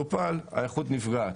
שנית, מהמקום של המטופל, האיכות נפגעת.